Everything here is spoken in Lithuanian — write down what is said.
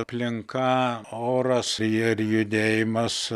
aplinka oras ir judėjimas